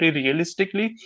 realistically